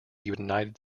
united